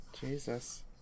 Jesus